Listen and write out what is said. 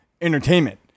entertainment